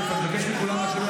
אני מבקש מכולם לשבת